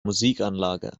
musikanlage